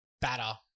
Batter